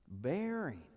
bearing